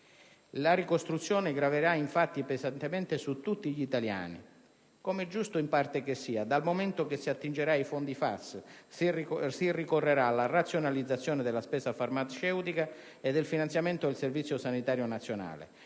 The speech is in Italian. La ricostruzione graverà infatti pesantemente su tutti gli italiani - com'è giusto in parte che sia - dal momento che si attingerà ai fondi FAS, si ricorrerà alla razionalizzazione della spesa farmaceutica e del finanziamento del Servizio sanitario nazionale,